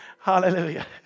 Hallelujah